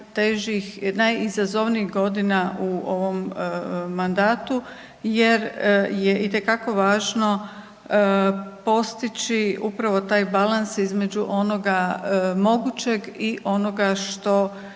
najizazovnijih godina u ovom mandatu jer je važno postići upravo taj balans između onoga mogućeg i onoga što